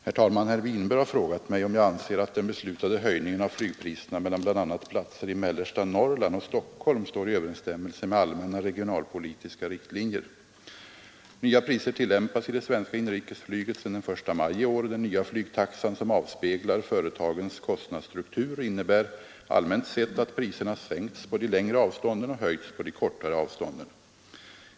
Herr talman! Herr Winberg har frågat mig om jag anser att den beslutade höjningen av flygpriserna mellan bl.a. platser i mellersta Norrland och Stockholm står i överensstämmelse med allmänna regionalpolitiska riktlinjer. Nya priser tillämpas i det svenska inrikesflyget sedan den 1 maj i år. Den nya flygtaxan, som avspeglar företagens kostnadsstruktur, innebär allmänt sett att priserna sänkts på de längre avstånden och höjts på de kortare avstånden.